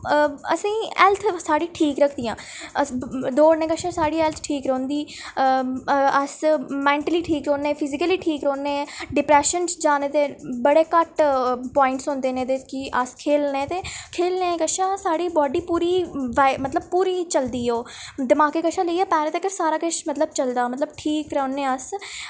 असें हैल्थ साढ़ी ठीक रखदियां अस दौड़ने कशा साढ़ी हैल्थ ठीक रौंह्दी अस मैन्टली ठीक रौह्न्नें फिजिकली ठीक रौह्न्ने डिप्रैशन च जाने दे बड़े घट्ठ पोइंट्स होंदे न एह्दे च की अस खेढने ते खेढने कशा साढ़ी बाड्डी पूरी वाई मतलब पूरी चलदी ओह् दमाके कशा लेइयै पैरे तक्कर सारा किश मतलब चलदा मतलब ठीक रोह्न्नें अस